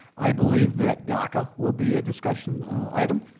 i believe that daca will be a discussion item,